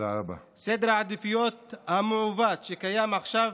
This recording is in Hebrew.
סדר העדיפויות המעוות שקיים עכשיו